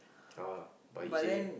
uh but he say